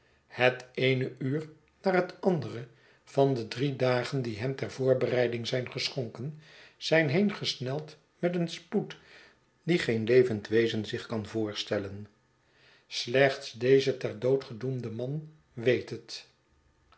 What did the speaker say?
het eene uur na het andere van de drie dagen die hem ter voorbereiding zijn geschonken zijn heen gesneld met een spoed dien geen levend wezen zich kan voorstellen slechts deze ter dood gedoemde man weet het